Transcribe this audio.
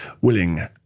willing